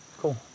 Cool